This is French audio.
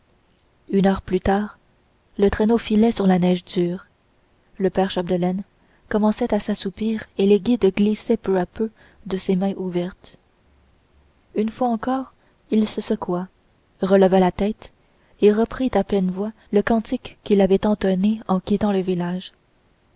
une heure plus tard le traîneau filait sur la neige dure le père chapdelaine commençait à s'assoupir et les guides glissaient peu à peu de ses mains ouvertes une fois encore il se secoua releva la tête et reprit à pleine voix le cantique qu'il avait entonné en quittant le village